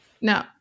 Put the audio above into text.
no